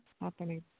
happening